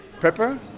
pepper